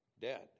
dead